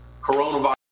coronavirus